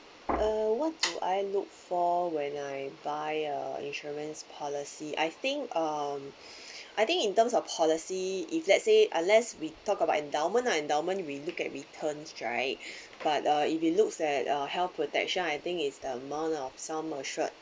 uh what do I look for when I buy a insurance policy I think um I think in terms of policy if let's say unless we talk about endowment ah endowment we look at returns right but uh if you looks at uh health protection I think is the amount of sum assured